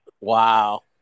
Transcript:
Wow